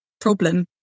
problem